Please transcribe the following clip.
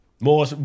More